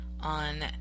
on